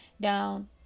Down